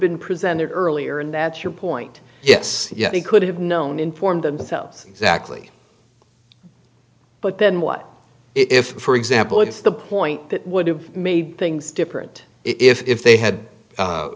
been presented earlier and that's your point yes yes he could have known informed themselves exactly but then what if for example if the point that would have made things different if they had